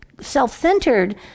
self-centered